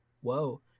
whoa